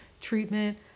treatment